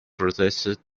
protested